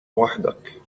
وحدك